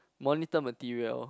monitor material